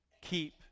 Keep